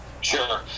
Sure